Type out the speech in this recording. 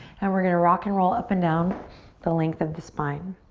and we're going to rock and roll up and down the length of the spine.